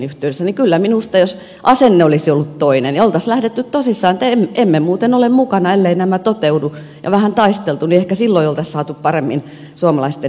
niin kyllä minusta jos asenne olisi ollut toinen olisi lähdetty tosissaan siihen että emme muuten ole mukana elleivät nämä toteudu ja vähän taisteltu niin ehkä silloin olisi saatu paremmin suomalaisten etuja turvattua